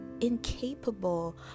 incapable